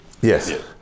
yes